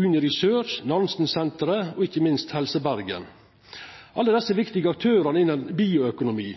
Uni Research, Nansensenteret og ikkje minst Helse Bergen. Alle desse er viktige aktørar innan bioøkonomi,